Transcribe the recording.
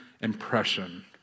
impression